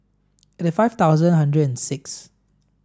eighty five thousand hundred and six